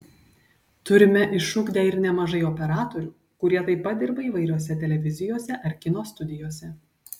turime išugdę ir nemažai operatorių kurie taip pat dirba įvairiose televizijose ar kino studijose